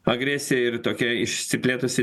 agresija ir tokia išsiplėtusi